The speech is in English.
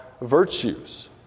virtues